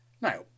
Now